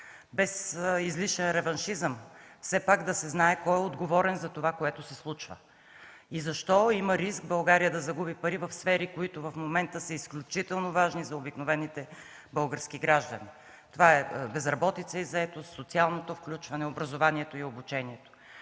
Без излишен реваншизъм, все пак да се знае кой е отговорен за това, което се случва и защо има риск България да загуби пари в сфери, които в момента са изключително важни за обикновените български граждани? Това са безработица и заетост, социалното включване, образованието и обучението.